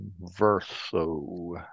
verso